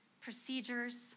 procedures